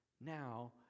now